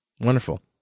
Wonderful